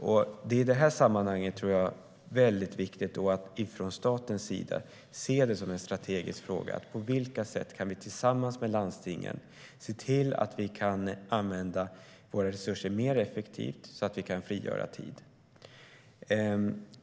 I det här sammanhanget är det väldigt viktigt att från statens sida se det som en strategisk fråga. På vilka sätt kan vi tillsammans med landstingen se till att använda våra resurser mer effektivt, så att vi kan frigöra tid?